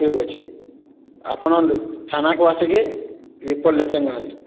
ଠିକ ଅଛି ଆପଣ ଥାନାକୁ ଆସିକି ରିପୋର୍ଟ ଲେଖେଇ ନିଅନ୍ତୁ